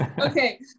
Okay